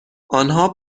آنها